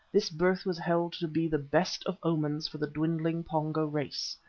this birth was held to be the best of omens for the dwindling pongo race.